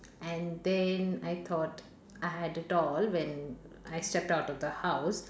and then I thought I had it all when I stepped out of the house